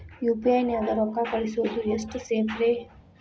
UPI ನ್ಯಾಗ ರೊಕ್ಕ ಕಳಿಸೋದು ಎಷ್ಟ ಸೇಫ್ ರೇ?